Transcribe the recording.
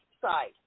side